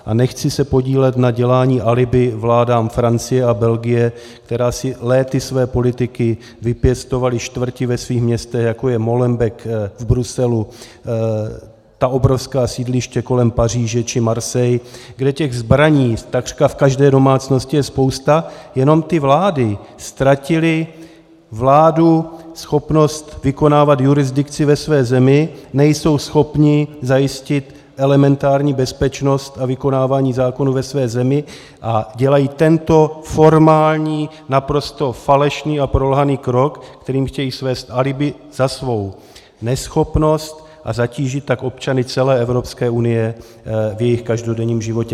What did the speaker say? A nechci se podílet na dělání alibi vládám Francie a Belgie, které si léty své politiky vypěstovaly čtvrti ve svých městech, jako je Moelenbeck v Bruselu, ta obrovská sídliště kolem Paříže či Marseilles, kde těch zbraní takřka v každé domácnosti je spousta, jenom ty vlády ztratily vládu, schopnost vykonávat jurisdikci ve své zemi, nejsou schopny zajistit elementární bezpečnost a vykonávání zákonů ve své zemi a dělají tento formální naprosto falešný a prolhaný krok, kterým chtějí svést alibi za svou neschopnost a zatížit tak občany celé Evropské unie v jejich každodenním životě.